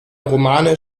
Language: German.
romane